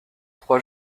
trois